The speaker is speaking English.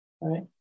right